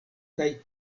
kaj